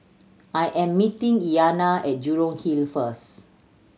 I am meeting Iyanna at Jurong Hill first